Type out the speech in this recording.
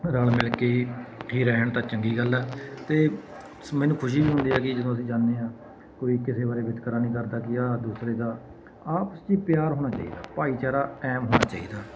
ਰਲ ਮਿਲ ਕੇ ਹੀ ਹੀ ਰਹਿਣ ਤਾਂ ਚੰਗੀ ਗੱਲ ਆ ਅਤੇ ਮੈਨੂੰ ਖੁਸ਼ੀ ਹੁੰਦੀ ਹੈ ਕਿ ਜਦੋਂ ਅਸੀਂ ਜਾਂਦੇ ਹਾਂ ਕੋਈ ਕਿਸੇ ਬਾਰੇ ਵਿਤਕਰਾ ਨਹੀਂ ਕਰਦਾ ਕਿ ਆਹ ਦੂਸਰੇ ਦਾ ਆਪਸ 'ਚ ਹੀ ਪਿਆਰ ਹੋਣਾ ਚਾਹੀਦਾ ਭਾਈਚਾਰਾ ਅਹਿਮ ਹੋਣਾ ਚਾਹੀਦਾ